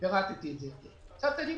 אפשר להגיד,